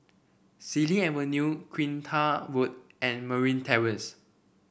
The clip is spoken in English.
Xilin Avenue Kinta Road and Marine Terrace